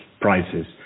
prices